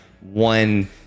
one